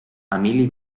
emili